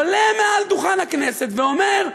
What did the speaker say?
עולה על הדוכן הכנסת ואומר: